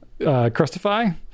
crustify